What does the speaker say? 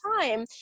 time